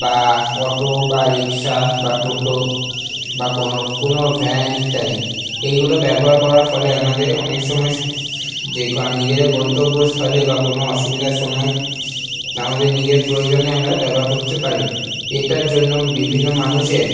বা অটো বা রিকশা বা টোটো বা কোনো কোনো ভ্যান ইত্যাদি এইগুলো ব্যবহার করার ফলে আমাদের অনেক সময় যে কারণে নিজেদের গন্তবস্থলে বা কোনো অসুবিধার সময় আমাদের নিজের প্রয়োজনে আমরা ব্যবহার করতে পারি এটার জন্য বিভিন্ন মানুষের